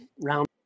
round